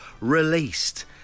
released